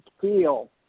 feel